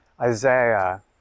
Isaiah